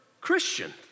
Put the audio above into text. Christian